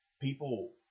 people